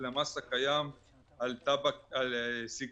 צו